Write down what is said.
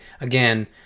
again